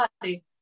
body